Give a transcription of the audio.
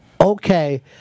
okay